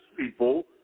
people